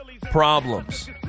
problems